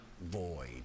void